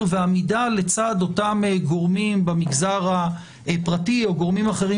ועמידה לצד אותם גורמים במגזר הפרטי או גורמים אחרים